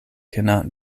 cannot